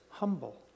Humble